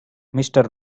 mister